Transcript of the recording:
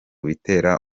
bitera